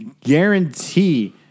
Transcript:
guarantee